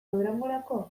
durangorako